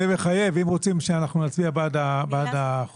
אם רוצים שאנחנו נצביע בעד החוק,